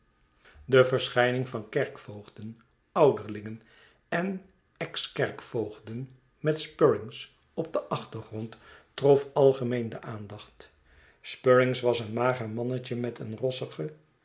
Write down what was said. de verschijning van kerkvoogden ouderlingen en exkerkvoogden met spruggins op den achtergrond trof algemeen de aandacht spruggins was een mager mannetje met een rossigen